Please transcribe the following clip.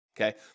Okay